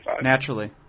Naturally